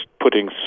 putting